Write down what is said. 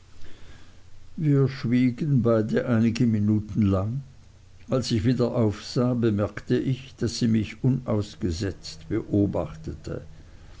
wir schwiegen beide einige minuten lang als ich wieder aufsah bemerkte ich daß sie mich unausgesetzt beobachtete